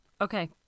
Okay